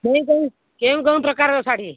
କେଉଁ କେଉଁ କେଉଁ କେଉଁ ପ୍ରକାରର ଶାଢ଼ୀ